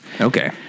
Okay